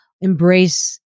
embrace